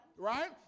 Right